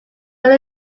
were